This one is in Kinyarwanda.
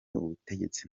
ubutegetsi